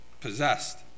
possessed